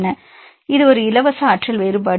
மாணவர் இது ஒரு இலவச ஆற்றல் வேறுபாடு